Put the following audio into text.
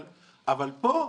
אבל פה,